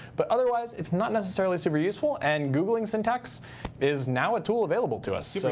but otherwise, it's not necessarily super useful. and googling syntax is now a tool available to us. so